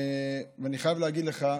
אני חייב להגיד לך,